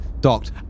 docked